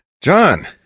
john